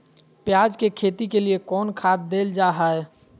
प्याज के खेती के लिए कौन खाद देल जा हाय?